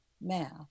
math